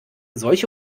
solche